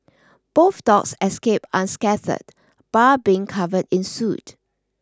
both dogs escaped unscathed bar being covered in soot